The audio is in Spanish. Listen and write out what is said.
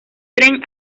tren